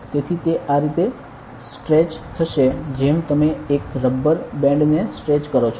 તેથી તે આ રીતે સ્ટ્રેચ થશે જેમ તમે એક રબર બેન્ડ ને સ્ટ્રેચ કરો છો